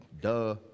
duh